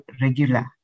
regular